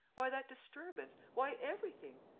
why that disturbance? why everything?